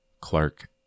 Clark